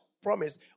Promise